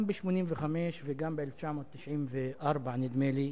גם מ-1985 וגם מ-1994, נדמה לי,